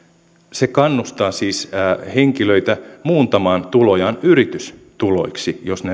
se kannustaa siis henkilöitä muuntamaan tulojaan yritystuloiksi jos ne